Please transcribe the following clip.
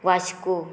Vasco